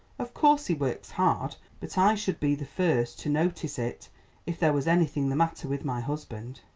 of course he works hard, but i should be the first to notice it if there was anything the matter with my husband.